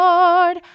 Lord